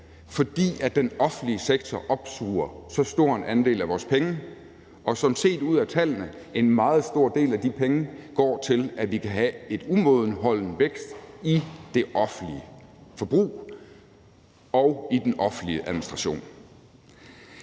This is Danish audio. fordi den offentlige sektor opsuger så stor en andel af vores penge, og som det kan ses ud af tallene, går en meget stor del af de penge til, at vi kan have en umådeholden vækst i det offentlige forbrug og i den offentlige administration.